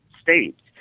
states